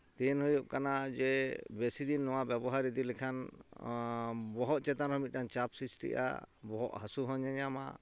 ᱫᱮᱱ ᱦᱩᱭᱩᱜ ᱠᱟᱱᱟ ᱡᱮ ᱵᱮᱥᱤᱫᱤᱱ ᱱᱚᱣᱟ ᱵᱮᱵᱚᱦᱟᱨ ᱤᱫᱤ ᱞᱮᱠᱷᱟᱱ ᱵᱚᱦᱚᱜ ᱪᱮᱛᱟᱱ ᱨᱮᱦᱚᱸ ᱢᱤᱫᱴᱟᱝ ᱪᱟᱯ ᱥᱤᱥᱴᱤᱜᱼᱟ ᱵᱚᱦᱚᱜ ᱦᱟᱥᱳᱦᱚᱸ ᱧᱟᱧᱟᱢᱟ